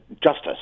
justice